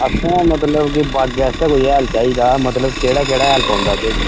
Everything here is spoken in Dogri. आक्खो मतलब बागै आस्तै कोई हैल चाहिदा मतलब केह्ड़ा केह्ड़ा हैल पौंदा एह्दे च